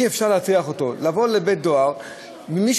אי-אפשר להטריח אותו לבוא לבית-דואר בלי